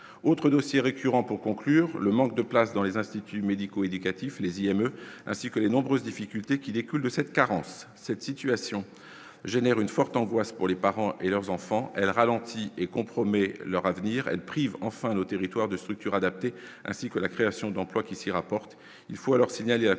autre dossier récurrent pour conclure, le manque de places dans les instituts médico-éducatifs les IME ainsi que les nombreuses difficultés qui découlent de cette carence cette situation génère une forte angoisse pour les parents et leurs enfants, elle ralentit et compromet leur avenir elle prive enfin nos territoires de structures adaptées, ainsi que la création d'emplois qui s'y rapporte,